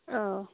औ